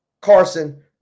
Carson